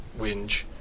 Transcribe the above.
Winge